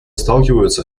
сталкиваются